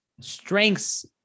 strengths